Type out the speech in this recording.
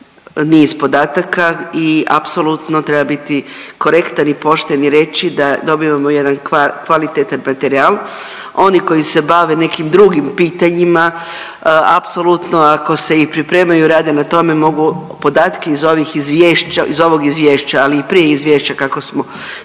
niz podatka i apsolutno treba biti korektan i pošten i reći da dobivamo jedan kvalitetan materijal. Oni koji se bave nekim drugim pitanjima apsolutno ako se i pripremaju rade na tome mogu podatke iz ovog izvješća, ali i prije izvješća kako smo svake